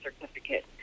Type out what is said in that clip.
certificate